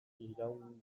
iraungipen